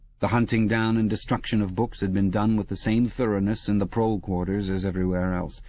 the hunting-down and destruction of books had been done with the same thoroughness in the prole quarters as everywhere else.